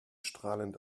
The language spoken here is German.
strahlend